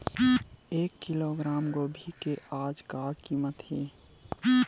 एक किलोग्राम गोभी के आज का कीमत हे?